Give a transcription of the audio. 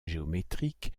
géométrique